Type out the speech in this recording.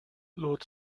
lord